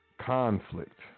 conflict